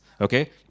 Okay